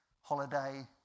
holiday